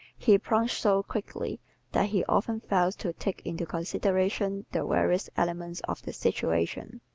he plunges so quickly that he often fails to take into consideration the various elements of the situation.